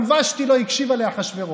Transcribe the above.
גם ושתי לא הקשיבה לאחשוורוש.